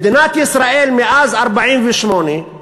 מדינת ישראל, מאז 1948,